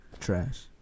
trash